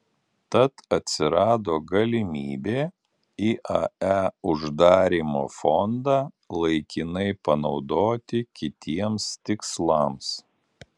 tad atsiranda galimybė iae uždarymo fondą laikinai panaudoti kitiems tikslams